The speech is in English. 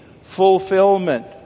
fulfillment